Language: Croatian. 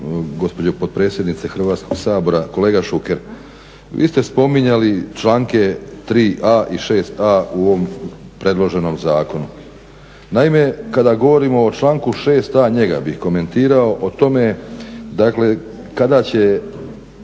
gospođo potpredsjednice Hrvatskog sabora. Kolega Šuker vi ste spominjali članke 3.a i 6.a u ovom predloženom zakonu. Naime, kada govorimo o članku 6.a, njega bih komentirao, o tome dakle kada će